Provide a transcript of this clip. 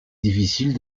difficile